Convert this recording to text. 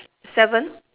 seven